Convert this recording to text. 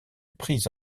prise